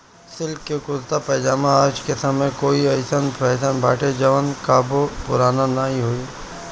silk के कुरता पायजामा आज के समय कअ अइसन फैशन बाटे जवन कबो पुरान नाइ होई